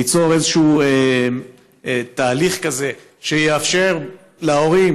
ליצור איזשהו תהליך כזה שיאפשר להורים